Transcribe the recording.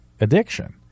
addiction